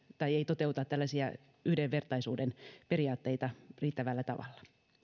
ei toteuta tällaisia yhdenvertaisuuden periaatteita riittävällä tavalla